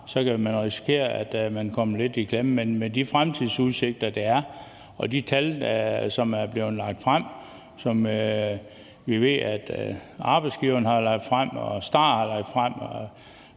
kan man risikere, at man kommer lidt i klemme. Men med de fremtidsudsigter, der er, og de tal, som er blevet lagt frem – som arbejdsgiverne har lagt frem, og som STAR har lagt frem,